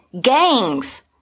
Gangs